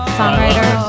songwriter